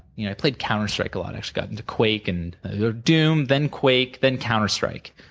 you know i played counter strike a lot. actually, got into quake, and doom, then, quake, then counter strike.